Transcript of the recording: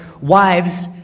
wives